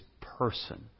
person